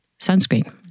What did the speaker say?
sunscreen